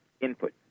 input